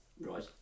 Right